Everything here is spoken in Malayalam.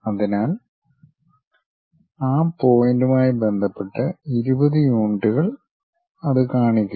അതിനാൽ ആ പോയിന്റുമായി ബന്ധപ്പെട്ട് ഇരുപത് യൂണിറ്റുകൾ അത് കാണിക്കുക